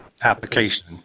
application